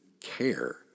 care